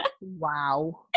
Wow